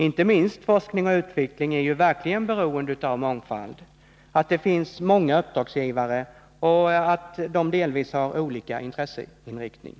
Inte minst forskning och utveckling är verkligen beroende av mångfalden, att det finns många uppdragsgivare och att dessa delvis har olika intresseinriktning.